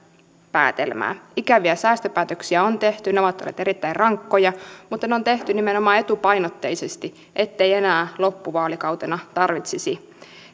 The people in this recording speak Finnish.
päätelmää ikäviä säästöpäätöksiä on tehty ne ovat olleet erittäin rankkoja mutta ne on tehty nimenomaan etupainotteisesti ettei enää loppuvaalikautena tarvitsisi